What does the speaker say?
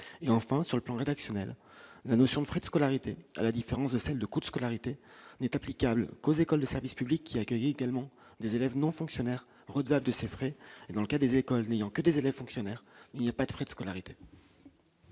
et enfin sur le plan rédactionnel, la notion de frais de scolarité, à la différence de celle de coups de scolarité n'est applicable qu'aux écoles de service public qui accueille également des élèves non fonctionnaires au-delà de ces frais et dans le cas des écoles n'ayant que des les fonctionnaires, il n'y a pas de frais de scolarité.